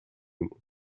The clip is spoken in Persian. موند